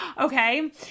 okay